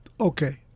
Okay